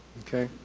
okay.